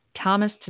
Thomas